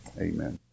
amen